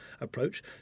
approach